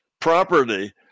property